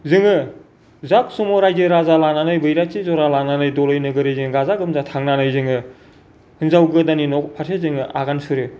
जोङो जाक जमग रायजो राजा लानानै बैराथि जरा लानानै दलै नोगोरै जों गाजा गोमजा थांनानै जोङो हिनजाव गोदाननि न'फारसे जोङो आगान सुरो